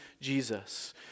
Jesus